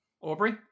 Aubrey